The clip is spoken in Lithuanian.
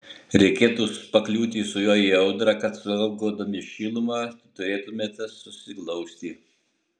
reikėtų pakliūti su juo į audrą kad saugodami šilumą turėtumėte susiglausti